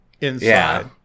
inside